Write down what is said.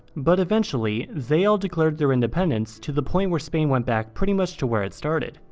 but eventually they all declared their independence to the point where spain went back pretty much to where it started,